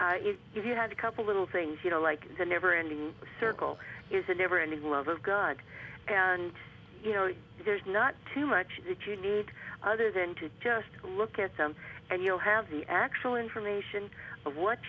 if you had a couple little things you know like the never ending circle is a never ending love of god and you know there's not too much of it you need other than to just look at them and you'll have the actual information of what